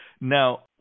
now